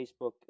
Facebook